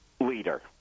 leader